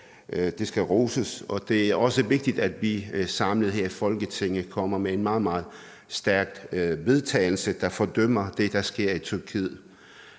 Det skal han roses for. Det er også vigtigt, at vi samlet her i Folketinget kommer med en meget, meget stærk vedtagelse, der fordømmer det, der sker i Tyrkiet.